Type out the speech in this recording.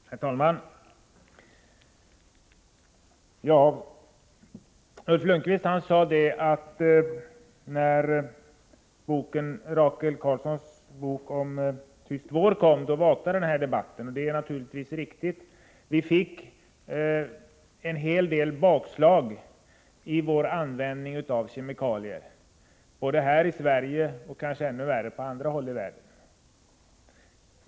Herr talman! Ulf Lönnqvist sade att när Rachel Carsons bok Tyst vår kom ut vaknade denna debatt. Det är naturligtvis riktigt. Vi fick en hel del bakslag när det gäller vår användning av kemikalier, både här i Sverige och kanske ännu mer på andra håll i världen.